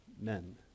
men